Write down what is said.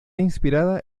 inspirada